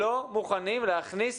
להשתמש